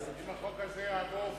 אם החוק הזה יעבור,